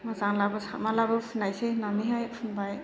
मोजांलाबो साबमालाबो फुननायसै होननानैहाय फुनबाय